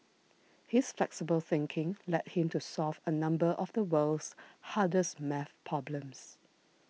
his flexible thinking led him to solve a number of the world's hardest math problems